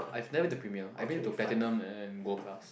I've never to premier I been to platinum and gold class